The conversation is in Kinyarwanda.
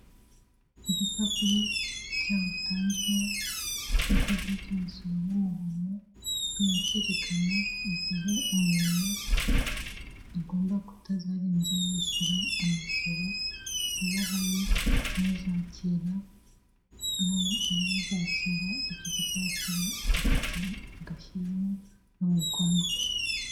Igipapuro cyatanzwe n'ikigo cy'umusoro n'amahoro kikaba cyerekana igihe umuntu agomba kutazarenza yishyura umusoro ubahari n'uzakira n'uzakira icyo gipapuro agashyiraho n'umukono.